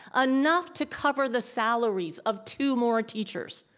ah enough to cover the salaries of two more teachers.